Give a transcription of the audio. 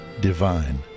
divine